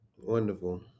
Wonderful